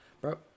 Bro